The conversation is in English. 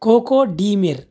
coco de mer